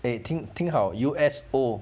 eh 听听好 U_S_O